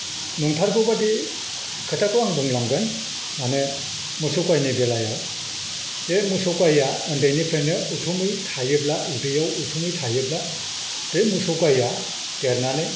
नंथारगौ बायदि खोथाखौ आं बुंलांगोन माने मोसौ गायनाय बेलायाव जे मोसौ गायआ उन्दैनिफ्रायनो उथुमै थायोब्ला उदैआव उथुमै थायोब्ला बे मोसौ गायआ देरनानै